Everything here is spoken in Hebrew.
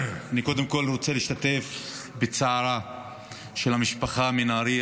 אני קודם כול רוצה להשתתף בצערה של המשפחה מנהריה